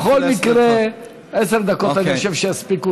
בכל מקרה, אני חושב שעשר דקות יספיקו לך.